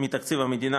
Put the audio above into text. מתקציב המדינה,